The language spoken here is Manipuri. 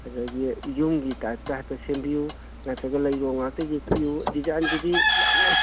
ꯑꯗꯒꯤ ꯌꯨꯝꯒꯤ ꯇꯥꯏꯞꯇ ꯍꯥꯏꯐꯦꯠ ꯁꯦꯝꯕꯤꯌꯨ ꯅꯠꯇ꯭ꯔꯒ ꯂꯩꯔꯣꯡ ꯉꯥꯛꯇ ꯌꯦꯛꯄꯤꯌꯨ ꯗꯤꯖꯥꯏꯟꯗꯨꯗꯤ ꯌꯥꯝꯃꯦ